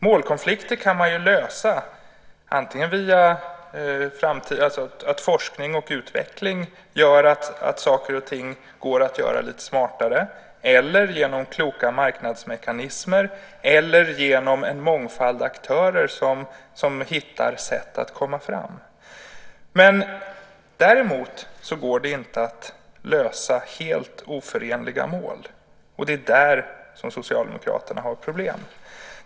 Målkonflikter kan lösas antingen genom att forskning och utveckling gör att saker och ting kan göras smartare eller genom kloka marknadsmekanismer eller genom en mångfald aktörer som hittar sätt att komma fram. Däremot går det inte att lösa helt oförenliga mål. Det är där som Socialdemokraterna har problem.